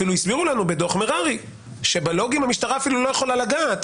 אפילו הסבירו לנו בדוח מררי שבלוגים המשטרה אפילו לא יכולה לגעת,